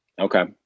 Okay